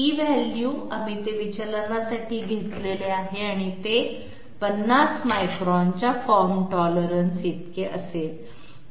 e value म्हणजे आम्ही ते विचलनासाठी घेतली आहे आणि ते 50 मायक्रॉनच्या फॉर्म टॉलरन्स इतके असेल